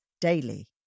daily